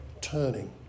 turning